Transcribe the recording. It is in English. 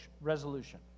resolution